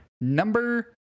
number